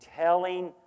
telling